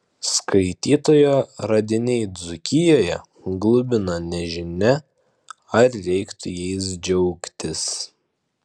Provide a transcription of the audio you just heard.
skaitytojo radiniai dzūkijoje glumina nežinia ar reiktų jais džiaugtis